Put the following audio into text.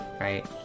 right